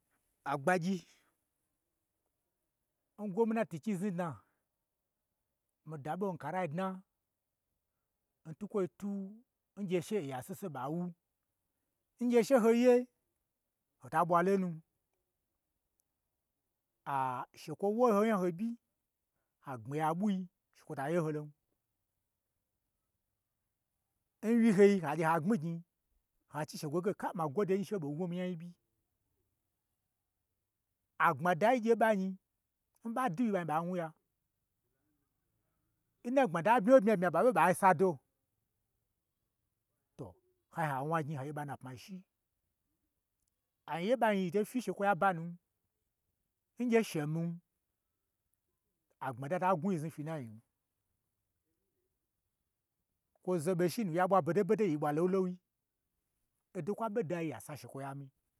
A gbagyi, n gwomnati knyi znudna, mii daɓo n karai dna, n twukwoi twu n gye she oya sese ɓa wu, n gye she ho ye, hota ɓwa lonu shekwo wo ho nya ho ɓyi, ha gbmi yan ɓwui she kwota ye ho lon, n wyi hoi ha gye ha gbmi gnyi, ha chi shekwo, ka ma gwode n gye she ho ɓo wo mii nyai byi, agbma da nyi gye ɓa nyi, oɓa diyi ya ɓa wnuya, n na gbmada bmya wye bmyabmya ɓa ɓe ɓa sado, to hai ha wna gnyi ha gye ɓa nna pmai shi, anyi yen ɓanyi yi to fyi n shekwoyi aba nu, ngye she mii, agbmada ta gnwa yi znu fyi n na nyiin kwozo ɓo shinu ya ɓwa bodo bodo yinyi ɓwa lowu lowu yi, odon kwa ɓe dayi ya sa she kwo yi amii